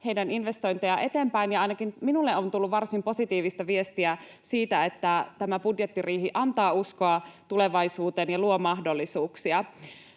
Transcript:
heidän investointejaan eteenpäin. Ainakin minulle on tullut varsin positiivista viestiä siitä, että tämä budjettiriihi antaa uskoa tulevaisuuteen ja luo mahdollisuuksia.